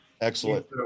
Excellent